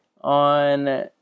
on